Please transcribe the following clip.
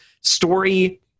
story